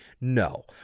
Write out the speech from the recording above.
No